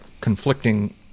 conflicting